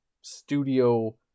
studio